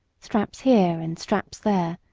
straps here and straps there,